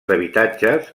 habitatges